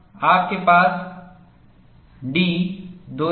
आपके पास ddN विभाजित है